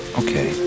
okay